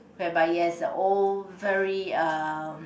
whereby it has a old very umm